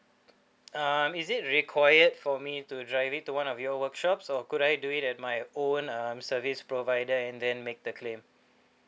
um is it required for me to drive it to one of your workshops or could I do it at my own um service provider and then make the claim